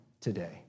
today